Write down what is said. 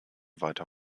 weiter